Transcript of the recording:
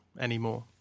anymore